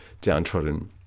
downtrodden